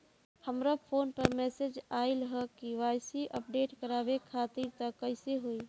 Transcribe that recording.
हमरा फोन पर मैसेज आइलह के.वाइ.सी अपडेट करवावे खातिर त कइसे होई?